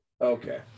Okay